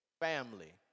family